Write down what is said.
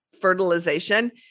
fertilization